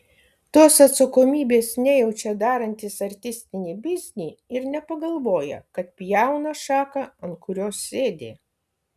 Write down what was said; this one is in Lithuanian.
tos atsakomybės nejaučia darantys artistinį biznį ir nepagalvoja kad pjauna šaką ant kurios sėdi